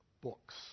books